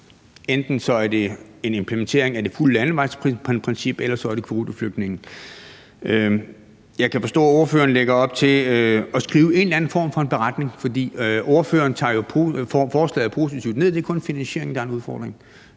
enten er en implementering af det fulde landevejsprincip, eller også er det kvoteflygtninge. Jeg kan forstå, at ordføreren lægger op til at skrive en eller anden form for en beretning, for ordføreren tager jo forslaget positivt ned. Det er kun finansieringen, der er en udfordring.